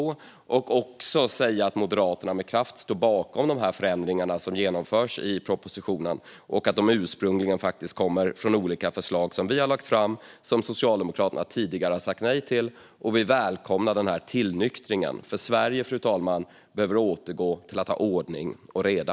Jag vill också säga att Moderaterna med kraft står bakom ändringarna som föreslås i propositionen, då de ursprungligen kommer från olika förslag som vi lagt fram och som Socialdemokraterna tidigare sagt nej till. Vi välkomnar den här tillnyktringen, fru talman, för Sverige behöver återgå till att ha ordning och reda.